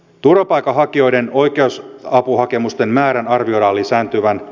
turvapaikanhakijoiden oikeusapuhakemusten määrän arvioidaan lisääntyvän